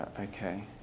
okay